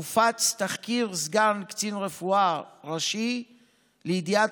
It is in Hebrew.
הופץ תחקיר סגן קצין רפואה ראשי לידיעת